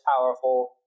powerful